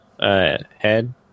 head